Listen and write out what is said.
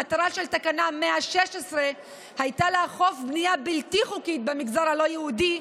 המטרה של תקנה 116 הייתה לאכוף בנייה בלתי חוקית במגזר הלא-יהודי,